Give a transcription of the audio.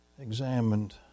examined